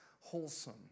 wholesome